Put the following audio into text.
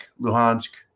Luhansk